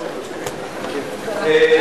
הנצחת הקיבוצים והמושבים בישראל.